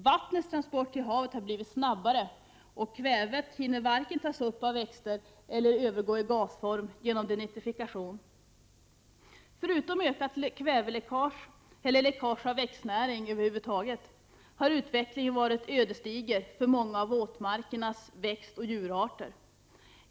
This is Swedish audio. Vattnets transport till havet har blivit snabbare, och kvävet hinner varken tas upp av växter eller övergå i gasform genom denitrifikation. Förutom ökat kväveläckage eller läckage av växtnä ring över huvud taget har utvecklingen varit ödesdiger för många av Prot. 1988/89:44 våtmarkernas växtoch djurarter.